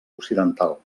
occidental